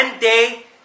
day